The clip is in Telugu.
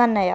నన్నయ